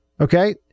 Okay